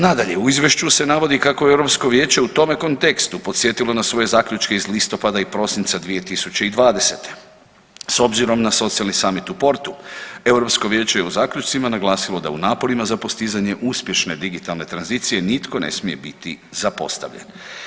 Nadalje, u izvješću se navodi kako je Europsko vijeće u tome kontekstu podsjetilo na svoje zaključke iz listopada i prosinca 2020. s obzirom na socijalni samit u Portu Europsko vijeće je u zaključcima naglasilo da u naporima za postizanje uspješne digitalne tranzicije nitko ne smije biti zapostavljen.